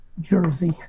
jersey